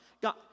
God